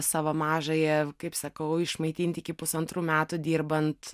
savo mažąjį kaip sakau išmaitinti iki pusantrų metų dirbant